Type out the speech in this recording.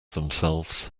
themselves